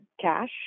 cash